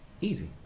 Easy